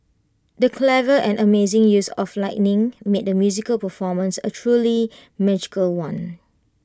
the clever and amazing use of lighting made the musical performance A truly magical one